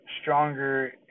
stronger